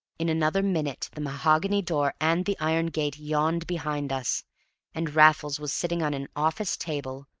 in another minute the mahogany door and the iron gate yawned behind us and raffles was sitting on an office table,